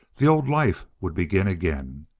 the old life would begin again.